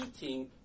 eating